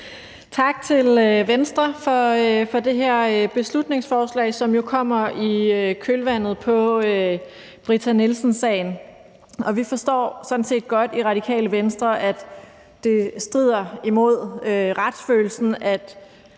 Tak til Venstre for det her beslutningsforslag, som jo kommer i kølvandet på Britta Nielsen-sagen. Vi forstår sådan set godt i Radikale Venstre, at det strider imod retsfølelsen, at